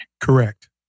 Correct